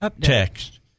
text